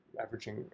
averaging